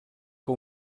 que